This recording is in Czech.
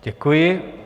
Děkuji.